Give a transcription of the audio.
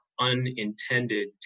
unintended